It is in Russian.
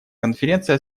конференция